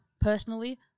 personally